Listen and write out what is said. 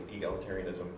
egalitarianism